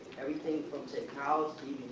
everything from, say cows to